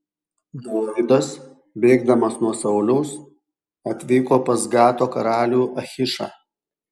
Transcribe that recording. dovydas bėgdamas nuo sauliaus atvyko pas gato karalių achišą